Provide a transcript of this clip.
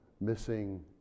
Missing